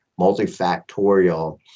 multifactorial